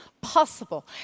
possible